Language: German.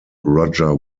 roger